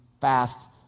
fast